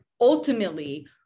ultimately